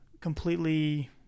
completely